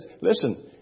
Listen